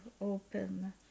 open